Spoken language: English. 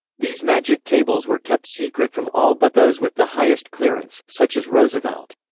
these magic cables were kept secret from all but those with the highest clearance, such as roosevelt.